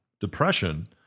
depression